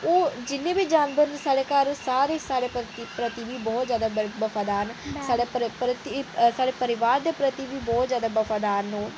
जिन्ने बी जानवर न साढ़े घर ओह् सारे साढ़े प्रति बहुत बफादार न साढ़े परिवार दे प्रति बी बहुत जैदा बफादार न ओह्